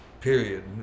period